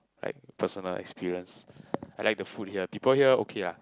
right personal experience I like the food here people here okay lah